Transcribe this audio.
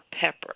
pepper